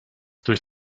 durch